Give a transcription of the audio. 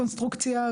קונסטרוקציה,